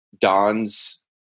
Don's